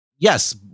Yes